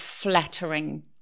flattering